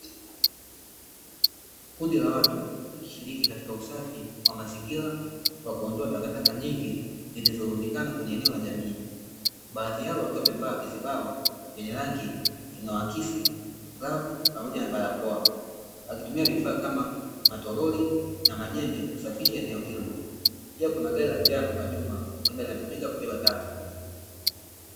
Kundi la watu wakishiriki katika usafi wa mazingira kwa kuondoa takataka nyingi zilizolundikana kwenye eneo la jamii, baadhi yao wakiwa wamevaa vizibao vyenye rangi inayoakisi, glavu pamoja na barakoa, wakitumia vifaa kama: matororli na majembe kusafisha eneo hilo pia kuna gari la njano kwa nyuma huenda linatumika kubeba taka.